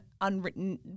unwritten